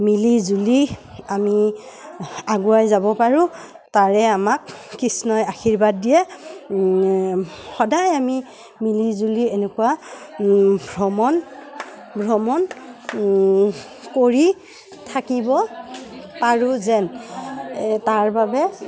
মিলি জুলি আমি আগুৱাই যাব পাৰোঁ তাৰে আমাক কৃষ্ণই আশীৰ্বাদ দিয়ে সদায় আমি মিলি জুলি এনেকুৱা ভ্ৰমণ ভ্ৰমণ কৰি থাকিব পাৰোঁ যেন তাৰ বাবে